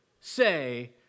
say